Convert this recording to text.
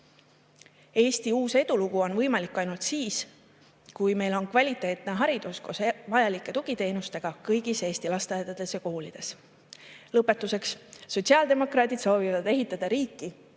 Eesti uus edulugu on võimalik ainult siis, kui meil on kvaliteetne haridus koos vajalike tugiteenustega kõigis Eesti lasteaedades ja koolides. Lõpetuseks, sotsiaaldemokraadid soovivad ehitada riiki,